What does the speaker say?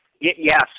Yes